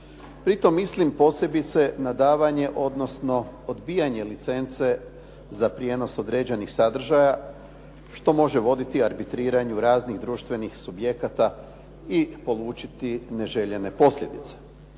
Pri tom mislim posebice na davanje odnosno odbijanje licence za prijenos određenih sadržaja što može voditi arbitriranju raznih društvenih subjekata i polučiti neželjene posljedice.